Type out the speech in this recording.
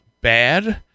bad